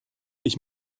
ich